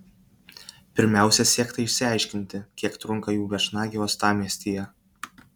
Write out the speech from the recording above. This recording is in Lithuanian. pirmiausia siekta išsiaiškinti kiek trunka jų viešnagė uostamiestyje